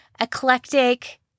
eclectic